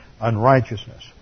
unrighteousness